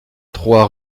trois